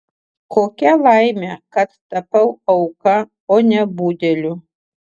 kokia laimė kad tapau auka o ne budeliu